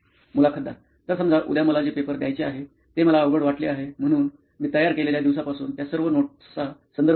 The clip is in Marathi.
मुलाखतदार तर समजा उद्या मला जे पेपर द्यायचे आहे ते मला अवघड वाटले आहे म्हणून मी तयार केलेल्या दिवसापासून त्या सर्व नोटांचा संदर्भ घेईन